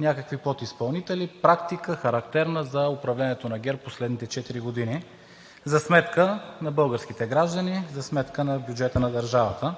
някакви подизпълнители – практика, характерна за управлението на ГЕРБ в последните четири години, за сметка на българските граждани, за сметка на бюджета на държавата,